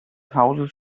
hauses